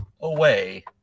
away